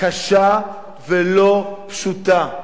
קשה ולא פשוטה.